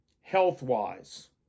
health-wise